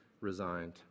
resigned